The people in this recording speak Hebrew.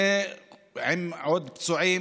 זה עם עוד פצועים,